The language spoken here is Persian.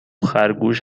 خرگوش